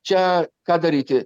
čia ką daryti